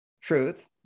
truth